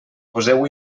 poseu